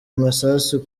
amasasu